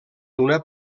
d’una